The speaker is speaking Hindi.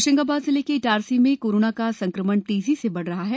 होशंगाबाद जिले के इटारसी कोरोना का संकमणतेजी से बढ़ा है